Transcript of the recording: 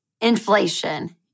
inflation